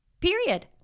period